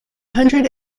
hundred